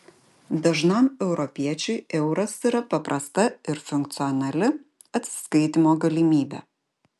dažnam europiečiui euras yra paprasta ir funkcionali atsiskaitymo galimybė